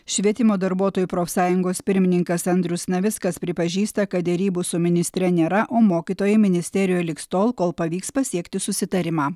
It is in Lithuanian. švietimo darbuotojų profsąjungos pirmininkas andrius navickas pripažįsta kad derybų su ministre nėra o mokytojai ministerijoje liks tol kol pavyks pasiekti susitarimą